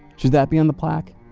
should that be on the plaque?